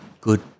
good